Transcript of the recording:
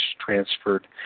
transferred